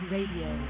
Radio